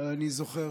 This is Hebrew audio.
אני זוכר,